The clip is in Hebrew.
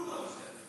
עושה.